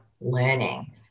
learning